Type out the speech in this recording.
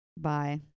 Bye